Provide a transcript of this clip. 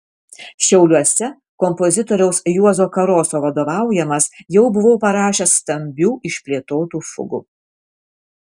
šiauliuose kompozitoriaus juozo karoso vadovaujamas jau buvau parašęs stambių išplėtotų fugų